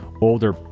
older